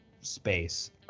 space